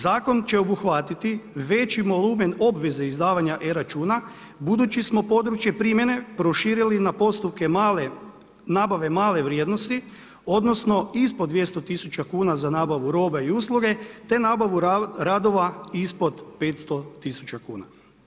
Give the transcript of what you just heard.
Zakon će obuhvatiti veći volumen obveze izdavanja e-računa budući smo područje promjene proširili postupke nabave male vrijednosti odnosno ispod 200 000 kuna za nabavu robe i usluge te nabavu radova ispod 500 000 kuna.